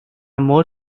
more